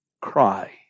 cry